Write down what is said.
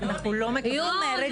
לא,